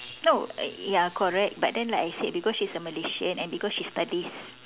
no y~ ya correct but then like I said because she's a Malaysian and because she studies